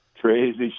crazy